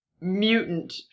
mutant